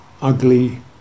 ugly